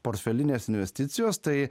portfelinės investicijos tai